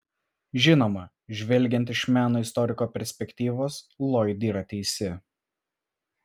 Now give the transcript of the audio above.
žinoma žvelgiant iš meno istoriko perspektyvos loyd yra teisi